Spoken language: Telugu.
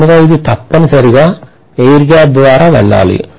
కనుక ఇది తప్పనిసరిగా air gap ద్వారా వెళ్ళాలి